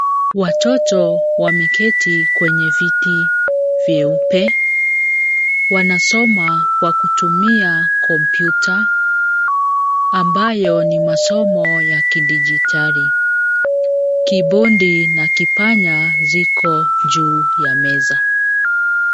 Watoto wameketi kwenye viti vyeupe. Wanasoma kwa kutumia kompyuta, ambayo ni masomo ya kidijitali. Kibodi na kipanya ziko juu ya meza.